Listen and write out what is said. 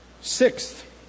Sixth